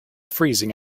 freezing